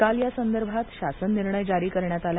काल या संदर्भात शासन निर्णय जारी करण्यात आला